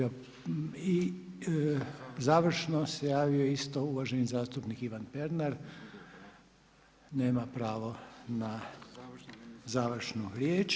I završno se javio isto uvaženi zastupnik Ivan Pernar, nema pravo na završnu riječ.